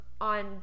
on